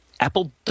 Apple